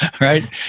Right